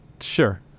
Sure